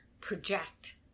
project